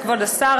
כבוד השר,